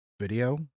video